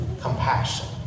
compassion